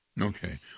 Okay